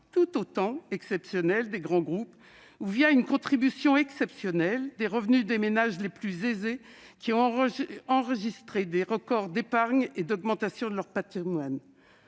tout aussi exceptionnels des grands groupes ou une contribution exceptionnelle des revenus des ménages les plus aisés qui ont enregistré des records d'épargne et d'augmentation de leurs patrimoines